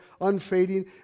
Unfading